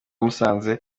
musanze